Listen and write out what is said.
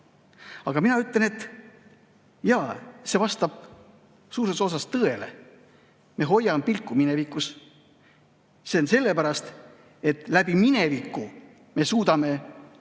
Aga mina ütlen, et, jah, see vastab suures osas tõele. Me hoiame pilku minevikus. See on sellepärast, et läbi mineviku me suudame näha